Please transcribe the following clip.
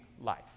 life